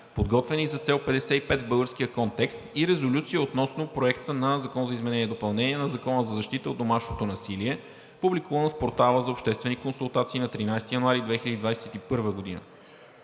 „Подготвени за цел 55 в българския контекст“ и резолюция относно Проекта на Закон за изменение и допълнение на Закона за защита от домашното насилие, публикуван в Портала за обществени консултации на 13 януари 2021 г.